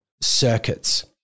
circuits